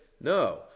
no